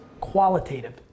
qualitative